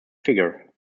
figure